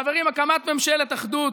חברים, הקמת ממשלת אחדות,